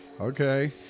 Okay